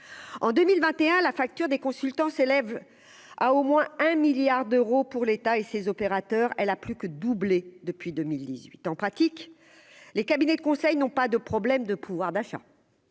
en 2021, la facture des consultants s'élève à au moins 1 milliard d'euros pour l'État et ses opérateurs, elle a plus que doublé depuis 2018, en pratique, les cabinets conseils n'ont pas de problème de pouvoir d'achat.